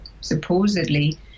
Supposedly